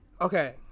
okay